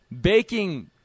Baking